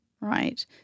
right